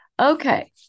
Okay